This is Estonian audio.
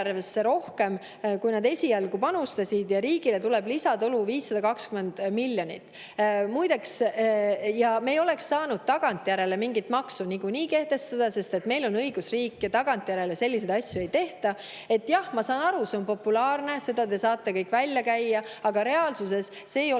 rohkem, kui nad esialgu panustasid, ja riigile tuleb lisatulu 520 miljonit. Muideks, me ei oleks saanud niikuinii tagantjärele mingit maksu kehtestada, sest meil on õigusriik, ja tagantjärele selliseid asju ei tehta. Jah, ma saan aru, see oleks populaarne, seda te saate kõik välja käia, aga reaalsuses ei ole